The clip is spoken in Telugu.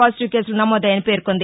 పాజిటివ్కేసులు నమోదయ్యాయని పేర్కొంది